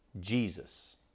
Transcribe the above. Jesus